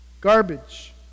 Garbage